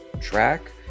track